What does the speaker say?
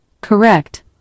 correct